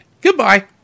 Goodbye